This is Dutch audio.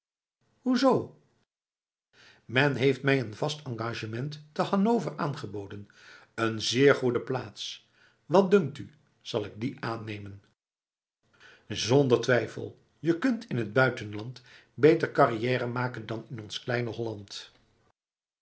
zoo men heeft mij een vast engagement te hanover aangeboden een zeer goede plaats wat dunkt u zal ik die aannemen zonder twijfel ge kunt in t buitenland beter carrière maken dan in ons kleine holland